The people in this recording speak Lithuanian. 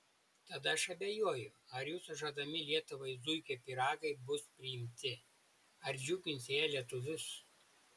tad aš abejoju ar jūsų žadami lietuvai zuikio pyragai bus priimti ar džiugins jie lietuvius